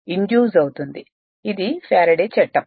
కాబట్టి ఇది ఫ్యారడే చట్టం